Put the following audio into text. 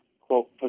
quote